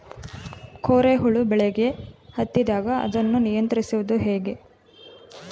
ಕೋರೆ ಹುಳು ಬೆಳೆಗೆ ಹತ್ತಿದಾಗ ಅದನ್ನು ನಿಯಂತ್ರಿಸುವುದು ಹೇಗೆ?